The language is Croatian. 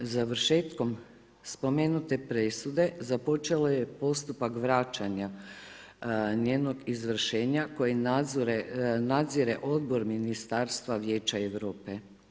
Završetkom spomenute presude započeo je postupak vraćanja njenog izvršenje koji nadzire Odbor ministarstva Vijeća Europe.